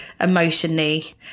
emotionally